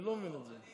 אני לא מבין את זה.